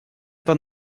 это